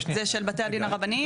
זה של בתי הדין הרבני.